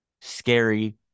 scary